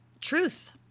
truth